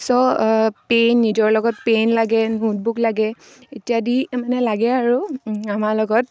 ছ' পেই নিজৰ লগত পেন লাগে নোটবুক লাগে ইত্যাদি মানে লাগে আৰু আমাৰ লগত